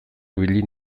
ibili